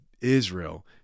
Israel